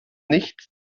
nicht